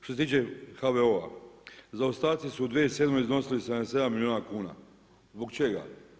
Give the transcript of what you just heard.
Što se tiče HVO-a, zaostaci su u 2007. iznosili 77 milijuna kuna, zbog čega?